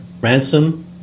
ransom